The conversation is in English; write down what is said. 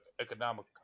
economic